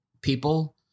people